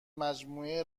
مجموعه